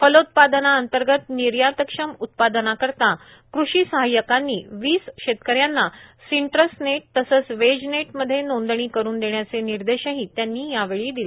फलोत्पादनाअंतर्गत निर्यातक्षम उत्पादनाकरता कृषी सहायकांनी वीस शेतकऱ्यांना सिट्रंस नेट तसंच वेज नेट मध्ये नोंदणीकरून देण्याचे निर्देशही त्यांनी यावेळी दिले